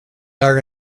are